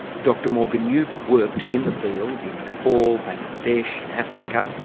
dr morgan you've worked in the field in nepal, bangladesh, in africa.